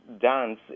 dance